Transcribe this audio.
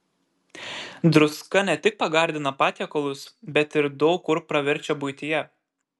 druska ne tik pagardina patiekalus bet ir daug kur praverčia buityje